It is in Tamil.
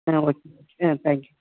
ah okay okay ah thank you